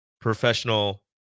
professional